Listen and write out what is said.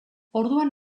orduan